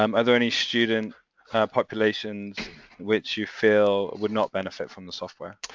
um are there any student populations which you feel would not benefit from the software?